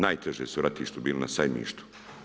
Najteže su u ratištu bili na Sajmištu.